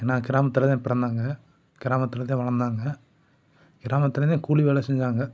ஏன்னா கிராமத்துலதான் பிறந்தாங்க கிராமத்துலதான் வளந்தாங்க கிராமத்துலதான் கூலி வேலை செஞ்சாங்க